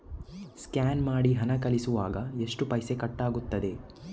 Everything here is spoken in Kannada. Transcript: ಸ್ಕ್ಯಾನ್ ಮಾಡಿ ಹಣ ಕಳಿಸುವಾಗ ಎಷ್ಟು ಪೈಸೆ ಕಟ್ಟಾಗ್ತದೆ?